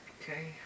Okay